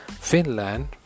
Finland